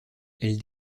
elle